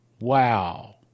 Wow